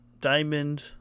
diamond